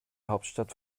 hauptstadt